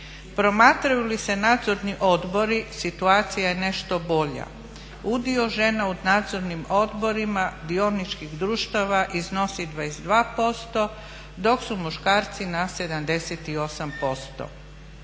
Promatraju li se nadzorni odbori situacija je nešto bolja. Udio dio u nadzornim odborima dioničkih društava iznosi 22%, dok su muškarci na 78%.